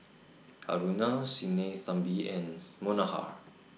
Aruna Sinnathamby and Manohar